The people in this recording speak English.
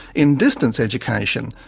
in distance education,